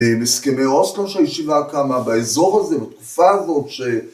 הם הסכמי אוסלו שהישיבה קמה, באזור הזה, בתקופה הזאת ש...